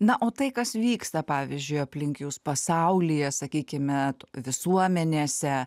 na o tai kas vyksta pavyzdžiui aplink jus pasaulyje sakykime visuomenėse